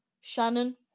Shannon